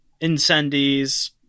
incendies